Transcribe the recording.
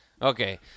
Okay